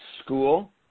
school